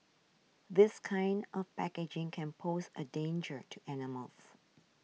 this kind of packaging can pose a danger to animals